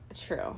True